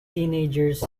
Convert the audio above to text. teenagers